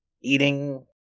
Eating